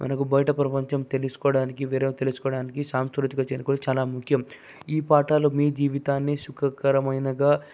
మనకు బయట ప్రపంచం తెలుసుకోవటానికి విలువ తెలుసుకోవటానికి సాంస్కృతిక చినుకులు చాలా ముఖ్యం ఈ పాఠాలు మీ జీవితాన్ని సుఖకరమైనదిగా